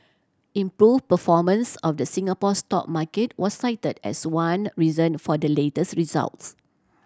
improve performance of the Singapore stock market was cited as one reason for the latest results